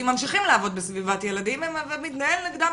ממשיכים לעבוד בסביבת ילדים ומתנהל נגדם,